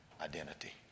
identity